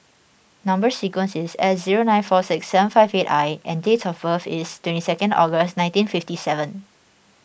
Number Sequence is S zero nine four six seven five eight I and date of birth is twenty second August nineteen fifty seven